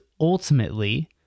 ultimately